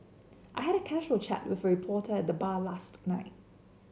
I had a casual chat with a reporter at the bar last night